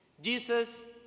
Jesus